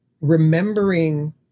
remembering